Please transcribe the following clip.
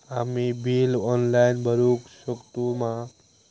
आम्ही bill online भरुक शकतू मा?